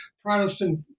Protestant